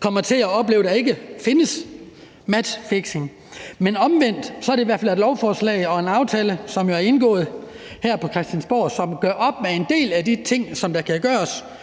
kommer til at opleve, at der ikke findes matchfixing. Men omvendt er det i hvert fald et lovforslag og en aftale, som er indgået her på Christiansborg i forhold til at få gjort op med